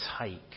take